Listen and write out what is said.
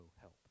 help